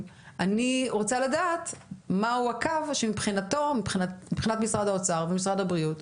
אני רוצה לדעת מהו הקו שמבחינת משרד האוצר ומשרד הבריאות,